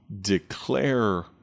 declare